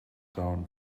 down